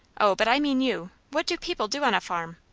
o, but i mean you. what do people do on a farm?